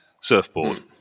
surfboard